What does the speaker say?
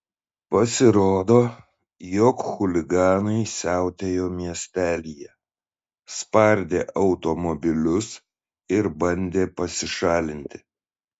pasirodo jog chuliganai siautėjo miestelyje spardė automobilius ir bandė pasišalinti